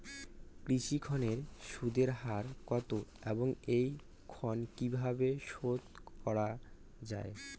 কৃষি ঋণের সুদের হার কত এবং এই ঋণ কীভাবে শোধ করা য়ায়?